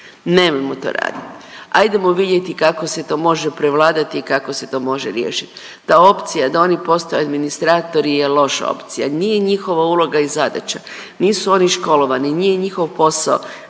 nemojmo to raditi, ajdemo vidjeti kako se to može prevladati i kako se to može riješiti. Ta opcija da oni postaju administratori je loša opcija, nije njihova uloga i zadaća, nisu oni školovani, nije njihov posao